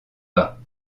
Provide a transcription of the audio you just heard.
pas